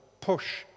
push